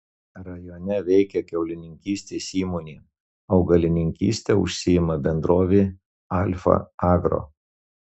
rajone veikia kiaulininkystės įmonė augalininkyste užsiima bendrovė alfa agro